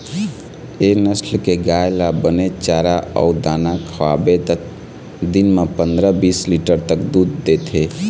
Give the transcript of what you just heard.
ए नसल के गाय ल बने चारा अउ दाना खवाबे त दिन म पंदरा, बीस लीटर तक दूद देथे